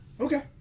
Okay